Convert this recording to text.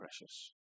precious